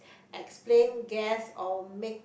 explain guess or make